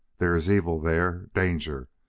there is evil there danger.